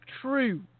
true